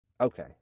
okay